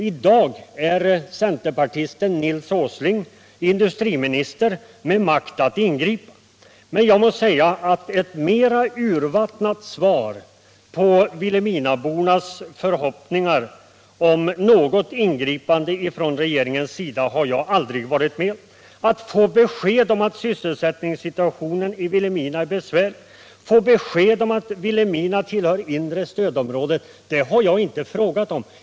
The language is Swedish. I dag är centerpartisten Nils Åsling industriminister med makt att ingripa. Men jag måste säga att ett mera urvattnat svar på vilhelminabornas förhoppningar om att ingripande från regeringens sida har jag aldrig varit med om. Att få beskedet att sysselsättningssituationen är besvärlig, att Vilhelmina tillhör det inre stödområdet, är något som jag inte frågat om.